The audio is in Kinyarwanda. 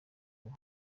ubu